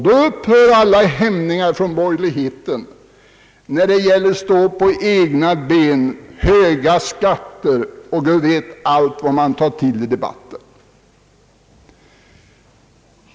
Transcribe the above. Då upphör alla hämningar hos borgerligheten, då glömmer man allt tal om att stå på egna ben, höga skatter och annat som man tidigare tagit till i debatten.